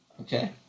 Okay